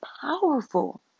powerful